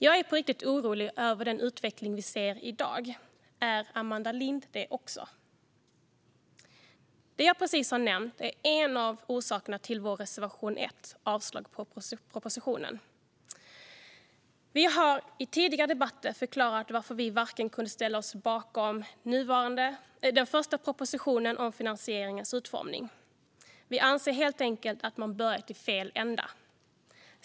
Jag är på riktigt orolig över den utveckling vi ser i dag. Är Amanda Lind det också? Det jag precis har nämnt är en av orsakerna till vår reservation 1 om avslag på propositionen. Vi har i tidigare debatter förklarat varför vi inte kunde ställa oss bakom den första propositionen om finansieringens utformning. Vi anser helt enkelt att man har börjat i fel ända.